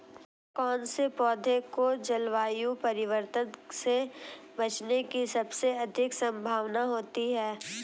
कौन से पौधे को जलवायु परिवर्तन से बचने की सबसे अधिक संभावना होती है?